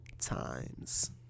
times